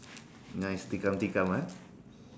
nice tikam tikam ah